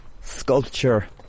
sculpture